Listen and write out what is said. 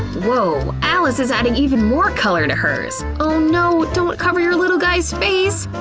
woah, alice is adding even more color to hers! oh no! don't cover your little guy's face!